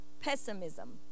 pessimism